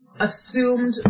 assumed